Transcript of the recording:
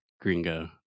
gringo